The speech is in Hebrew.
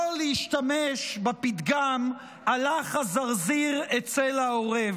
לא להשתמש בפתגם "הלך זרזיר אצל עורב".